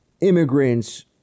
immigrants